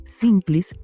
simples